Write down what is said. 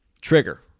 trigger